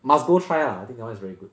must go try ah I think that one is very good